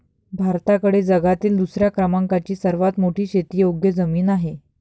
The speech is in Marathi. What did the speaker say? भारताकडे जगातील दुसऱ्या क्रमांकाची सर्वात मोठी शेतीयोग्य जमीन आहे